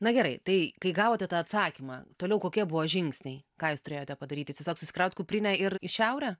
na gerai tai kai gavote tą atsakymą toliau kokie buvo žingsniai ką jūs turėjote padaryti tiesiog susikraut kuprinę ir į šiaurę